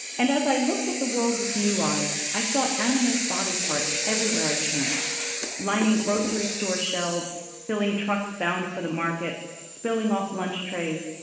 and as i looked at the world with new eyes, i saw animals' body parts everywhere i turned lining grocery store shelves, filling trucks bound for the market, spilling off lunch trays,